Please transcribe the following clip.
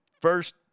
First